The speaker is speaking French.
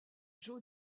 joe